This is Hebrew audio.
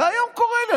זה היום קורה לי.